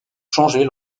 changer